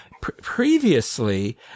previously